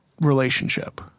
relationship